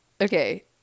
Okay